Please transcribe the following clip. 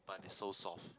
but is so soft